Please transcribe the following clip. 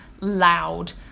loud